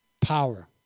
Power